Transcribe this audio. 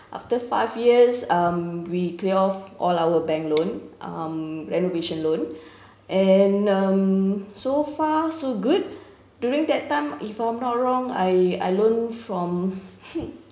after five years um we clear of all our bank loan um renovation loan and um so far so good during that time if I'm not wrong I I loan from hmm